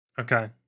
Okay